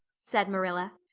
said marilla.